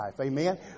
Amen